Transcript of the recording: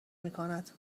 میکند